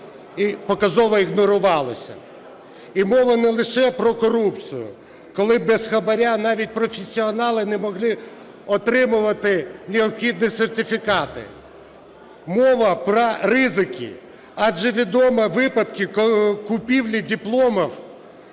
показово ігнорувалася. І мова не лише про корупцію, коли без хабара навіть професіонали не могли отримувати необхідні сертифікати, мова про ризики. Адже відомі випадки купівлі дипломів